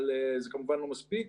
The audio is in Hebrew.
אבל זה כמובן לא מספיק.